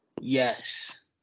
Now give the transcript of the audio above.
Yes